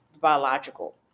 biological